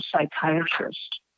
psychiatrist